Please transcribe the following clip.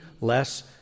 less